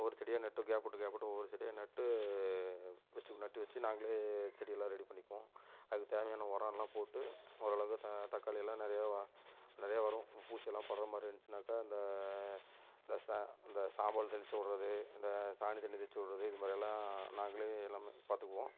ஒவ்வொரு செடியாக நட்டு கேப் விட்டு கேப் விட்டு ஒவ்வொரு செடியாக நட்டு ஃபஸ்ட்டு நட்டு வச்சு நாங்களே செடியெல்லாம் ரெடி பண்ணிப்போம் அதுக்கு தேவையான உரம் எல்லாம் போட்டு ஓரளவுக்கு த தக்காளியெல்லாம் நிறையா நிறையா வரும் பூச்சில்லாம் பரவுகிறமாதிரி இருந்துச்சினாக்க இந்த இந்த ச இந்த சாம்பல் தெளித்து விட்றது இந்த சாணி தண்ணி தெளித்து விட்றது இதுமாதிரியெல்லாம் நாங்களே எல்லாமே பார்த்துக்குவோம்